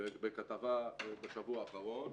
בכתבה בשבוע האחרון.